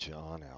John